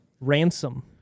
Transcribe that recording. Ransom